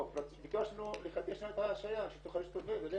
ביקשנו לחדש את השהייה, שהיא תוכל להסתובב, ללכת.